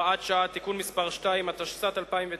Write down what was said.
(הוראות שעה) (תיקון מס' 2), התשס"ט 2009,